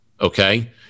okay